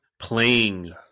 Playing